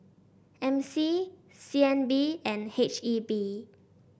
M C C N B and H E B